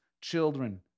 children